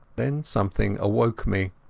then something awoke me.